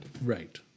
Right